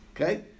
okay